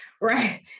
Right